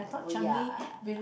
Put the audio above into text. oh ya I I